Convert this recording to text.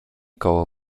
koło